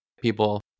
people